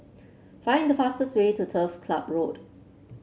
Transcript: find the fastest way to Turf Club Road